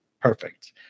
perfect